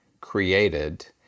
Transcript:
created